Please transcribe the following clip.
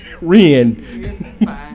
Ren